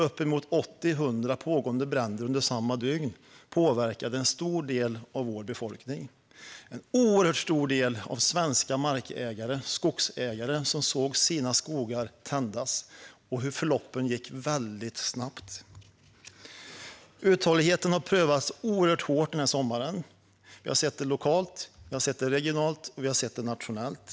Uppemot 80-100 pågående bränder under samma dygn påverkade en stor del av vår befolkning. Det var en oerhört stor del av svenska markägare och skogsägare som såg sina skogar tändas och hur förloppen gick väldigt snabbt. Uthålligheten har prövats oerhört hårt denna sommar. Vi har sett det lokalt. Vi har sett det regionalt. Och vi har sett det nationellt.